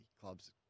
clubs